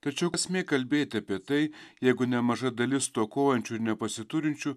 tačiau esmė kalbėti apie tai jeigu nemaža dalis stokojančių ir nepasiturinčių